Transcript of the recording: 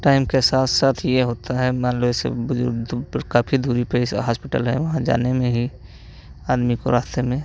time के साथ साथ ये होता है मान लो जैसे बुज़ुर्ग पर काफ़ी दूरी पे जैसे हॉस्पिटल है वहाँ जाने में ही आदमी को रास्ते में